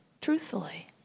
truthfully